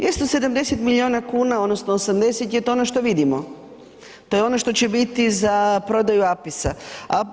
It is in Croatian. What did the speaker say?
270 milijuna kuna odnosno je 80 to je ono što vidimo, to je ono što će biti za prodaju APIS-a.